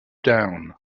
down